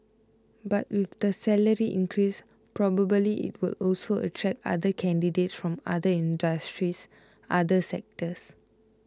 but with the salary increase probably it will also attract other candidates from other industries other sectors